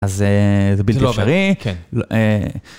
אז זה בדיוק אפשרי.